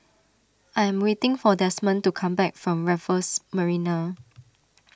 I am waiting for Desmond to come back from Raffles Marina